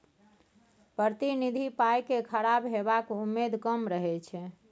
प्रतिनिधि पाइ केँ खराब हेबाक उम्मेद कम रहै छै